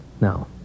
Now